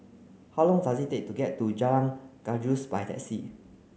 how long does it take to get to Jalan Gajus by taxi